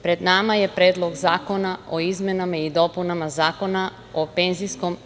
Pred nama je Predlog zakona o izmenama i dopunama Zakona o PIO.